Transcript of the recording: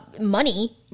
money